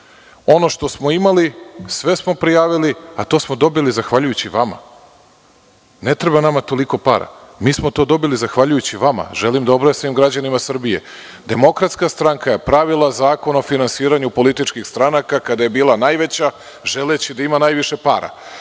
Ono što smo imali, sve smo prijavili, a to smo dobili zahvaljujući vama. Ne treba nama toliko para. Mi smo to dobili zahvaljujući vama. Želim da objasnim građanima Srbije, DS je pravila Zakon o finansiranju političkih stranaka kada je bila najveća, želeći da ima najviše para,